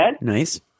Nice